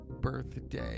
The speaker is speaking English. birthday